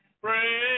pray